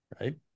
Right